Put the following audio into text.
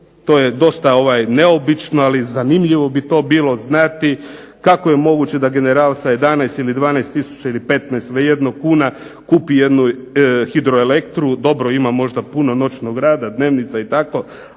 To je dosta neobično, ali zanimljivo bi to bilo znati kako je moguće da general sa 11 ili 12000 ili 15 vrijedno kuna kupi jednu hidro elektru. Dobro, ima možda puno noćnog rada, dnevnica i tako.